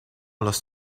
los